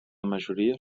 majoria